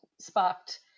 sparked